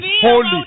holy